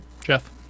Jeff